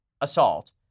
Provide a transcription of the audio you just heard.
assault